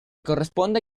corresponde